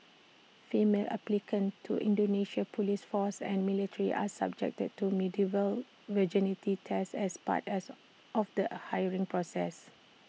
female applicants to Indonesia's Police force and military are subjected to medieval virginity tests as part as of the hiring process